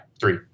three